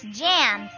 jam